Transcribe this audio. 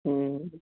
ਹਮ